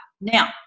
now